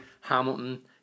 Hamilton